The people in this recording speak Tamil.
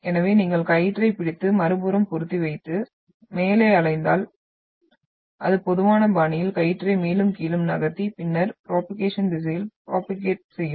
எனவே நீங்கள் கயிற்றைப் பிடித்து மறுபுறம் பொருத்தி வைத்து மேலே அலைந்தால் அது பொதுவான பாணியில் கயிற்றை மேலும் கீழும் நகர்த்தி பின்னர் ப்ரோபோகேஷன் திசையில் ப்ரோபோகேட் செய்யும்